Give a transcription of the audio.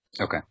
Okay